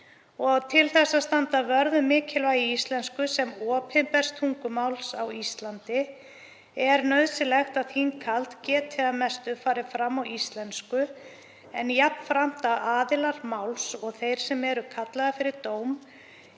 Til að standa vörð um mikilvægi íslensku sem opinbers tungumáls á Íslandi er nauðsynlegt að þinghald geti að mestu farið fram á íslensku, en jafnframt að aðilar máls og þeir sem kallaðir eru fyrir dóm